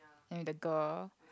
and the girl